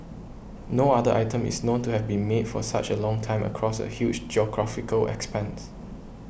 no other item is known to have been made for such a long time across a huge geographical expanse